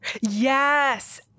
Yes